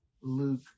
Luke